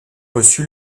reçu